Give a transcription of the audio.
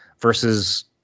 versus